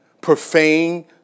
profane